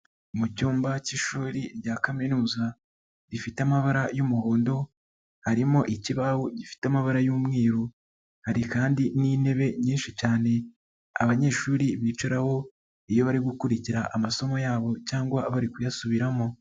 Mu cyumba cy'ishuri rya kaminuza rifite amabara y'umuhondo harimo ikibaho gifite amabara y'umweru, hari kandi n'intebe nyinshi cyane abanyeshuri bicaraho iyo bari gukurikira amasomo yabo cyangwa bari kuyasubiramo.